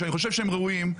שאני חושב שהם יותר ראויים.